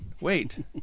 wait